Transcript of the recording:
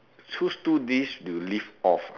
choose two dish you'll live off ah